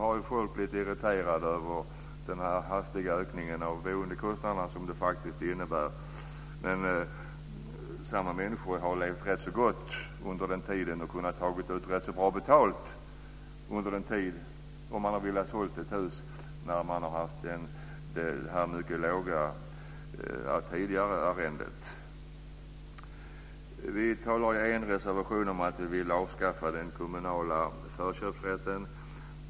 Arrendatorn blir då irriterad över denna hastiga ökning av boendekostnaderna men har under arrendetiden levt rätt gott och kunnat ta ut rätt bra betalt, om han har velat sälja sitt hus med den tidigare mycket låga arrendesumman. Vi framhåller i en reservation att vi vill avskaffa den kommunala förköpsrätten.